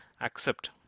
Accept